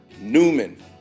Newman